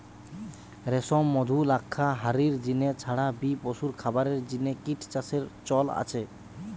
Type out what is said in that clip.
রেশম, মধু, লাক্ষা হারির জিনে ছাড়া বি পশুর খাবারের জিনে কিট চাষের চল আছে